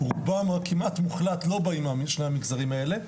רובם או כמעט מוחלט לא באים מהמגזרים האלה.